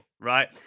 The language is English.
right